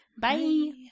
Bye